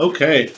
Okay